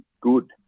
good